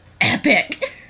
epic